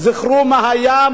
זכרו מה היה,